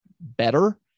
better